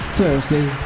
Thursday